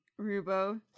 Rubo